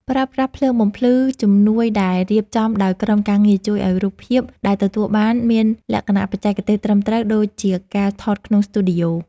ប្រើប្រាស់ភ្លើងបំភ្លឺជំនួយដែលរៀបចំដោយក្រុមការងារជួយឱ្យរូបភាពដែលទទួលបានមានលក្ខណៈបច្ចេកទេសត្រឹមត្រូវដូចជាការថតក្នុងស្ទូឌីយោ។